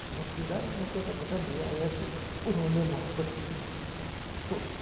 اور کردار میں سب سے زیادہ یہ پسند آیا کہ انہوں نے محبت کی تو